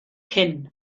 cyn